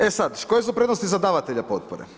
E sad, koje su prednosti za davatelja potpore?